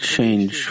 change